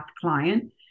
client